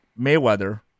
Mayweather